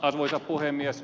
arvoisa puhemies